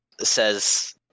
says